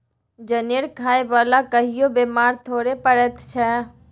जनेर खाय बला कहियो बेमार थोड़े पड़ैत छै